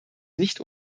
nicht